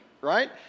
right